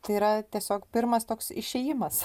tai yra tiesiog pirmas toks išėjimas